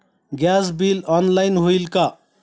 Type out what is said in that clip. Gas bill online होईल का?